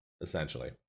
essentially